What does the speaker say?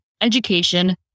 education